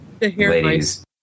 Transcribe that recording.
ladies